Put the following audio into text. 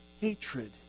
hatred